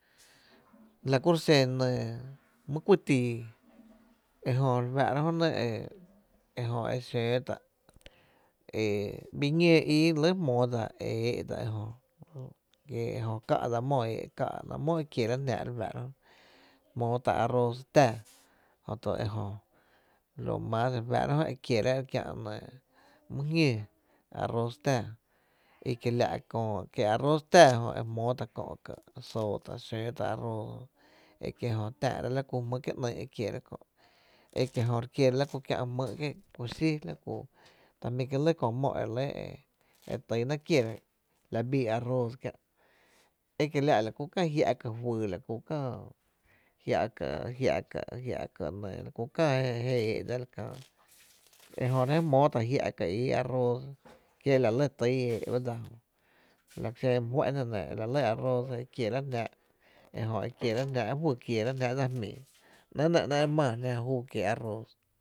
La kuro’ xen nɇɇ my ku tii ejö re fáá’ra jö nɇ e jö e xóó tá’ e bii ñoo ii re lɇ jmoodsa e éé’ dsa ejö kie’ ejö ká’ dsa mó eéé’, káaá’ náá’ mó ekierá’ re fáá’ra jmootá’ arrox tⱥⱥ jöto ejö lo mas re fáá’ra jö e kieráá’ kiä nɇɇ my jñoo, arroz tⱥⱥ i kiela’ köö e arroz tⱥⱥ jö jmóó tá’ kö ka’, sootá’ xöö tá’ tá’ arroz ekie’ jö re táá’ra lña ku jmýý kié’ e kiera kö, e kie’ jö re kiera kiä’ la ku jmýy’ kié’ kuxí o ta jmí’ kie’ lɇ köö mó e relɇ e tynaa’ kierá’ la biia rroz kiä’, ekiela’ la ku kää jia’ ka juyy la ku klä jia’ká’ jiá’ ka’ jiá’ ka’, la ku kää je éé’ dsa kää ejö ro’ mje jmoo tá’ jia’ ka ii arooz kie e la lɇ tyy ee’ ba dsa jö laa ku xen e my fá’n jná nɇ la lɇ arroz e kiera jnáá’ ejö ekiera’ jnáá’ juyy kieer’a jnáá’ dsa jmii, ‘né’ enɇ n’e’e, e maa jná kiee’ arroz.